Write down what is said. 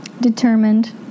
determined